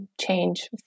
change